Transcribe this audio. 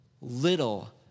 little